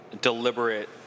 deliberate